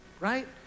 right